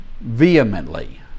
vehemently